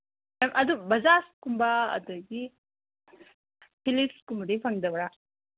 ꯑꯗꯨ ꯕꯖꯥꯖꯀꯨꯝꯕ ꯑꯗꯒꯤ ꯐꯤꯂꯤꯞꯁꯀꯨꯝꯕꯗꯤ ꯐꯪꯗꯕ꯭ꯔꯥ